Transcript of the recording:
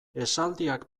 esaldiak